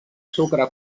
sucre